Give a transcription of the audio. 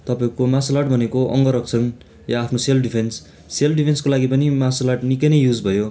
तपाईँको martial art भनेको अङ्ग रक्षण या आफ्नो सेल्फ डिफेन्स सेल्फ डिफेन्सको लागि पनि मार्सल आर्ट निक्कै नै युज भयो